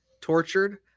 tortured